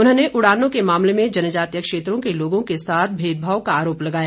उन्होंने उड़ानों के मामले में जनजातीय क्षेत्रों के लोगों के साथ भेदभाव का आरोप लगाया